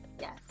Yes